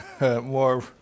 more